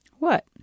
What